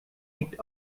liegt